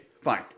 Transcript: fine